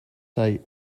site